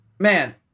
Man